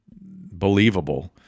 believable